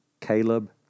Caleb